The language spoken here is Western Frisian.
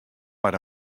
mar